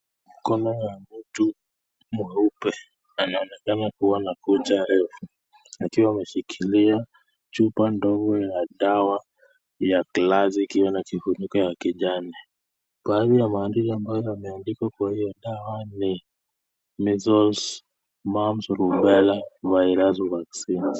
Mkono ya mtu mweupe anaonekana kuwa na kucha refu. Akiwa ameshikilia chupa ndogo ya dawa ya glasi ikiwa na kifuniko ya kijani. Baadhi ya maandishi ambayo yameandikwa kwa hiyo dawa ni Measles, Mumps, Rubella virus vaccine .